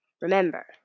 remember